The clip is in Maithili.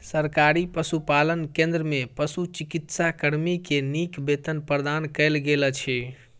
सरकारी पशुपालन केंद्र में पशुचिकित्सा कर्मी के नीक वेतन प्रदान कयल गेल अछि